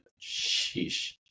Sheesh